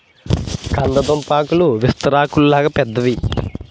కంద దుంపాకులు విస్తరాకుల్లాగా పెద్దవి